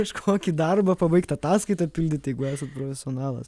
kažkokį darbą pabaigt ataskaitą pildyt jeigu esat profesionalas